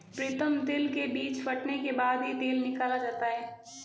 प्रीतम तिल के बीज फटने के बाद ही तेल निकाला जाता है